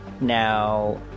now